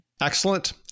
excellent